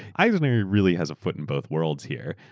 eisner really has a foot in both worlds here.